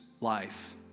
life